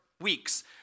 weeks